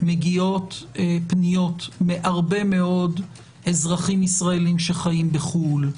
מגיעות פניות מהרבה מאוד אזרחים ישראלים שחיים בחו"ל,